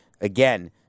again